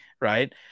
Right